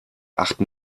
achten